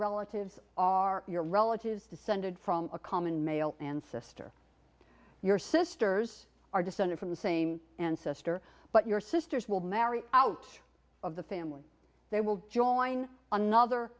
relatives are your relatives descended from a common male and sister your sisters are descended from the same ancestor but your sisters will marry out of the family they will join another